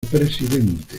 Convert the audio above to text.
presidente